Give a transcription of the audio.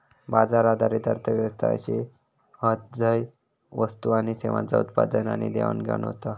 बाजार आधारित अर्थ व्यवस्था अशे हत झय वस्तू आणि सेवांचा उत्पादन आणि देवाणघेवाण होता